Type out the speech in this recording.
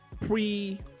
pre